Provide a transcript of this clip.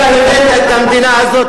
אתה הבאת את המדינה הזאת,